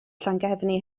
llangefni